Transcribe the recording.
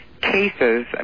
cases